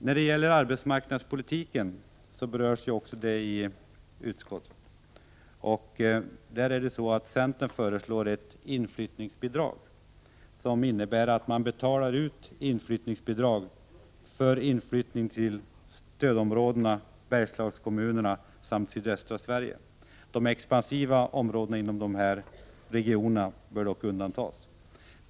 När det gäller arbetsmarknadspolitiken, som också berörs i utskottsbetänkandet, föreslår centern ett inflyttningsbidrag med innebörden att man betalar ut bidrag för inflyttning till stödområdena, Bergslagskommunerna samt sydöstra Sverige. De expansiva områdena inom dessa regioner bör dock undantas.